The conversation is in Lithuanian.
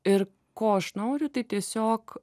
ir ko aš noriu tai tiesiog